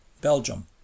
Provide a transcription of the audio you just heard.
Belgium